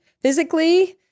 physically